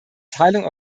teilung